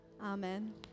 Amen